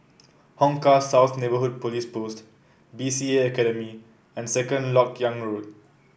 Hong Kah South Neighbourhood Police Post B C A Academy and Second LoK Yang Road